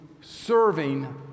serving